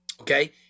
okay